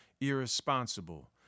irresponsible